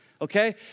Okay